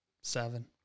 seven